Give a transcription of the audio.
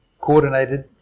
coordinated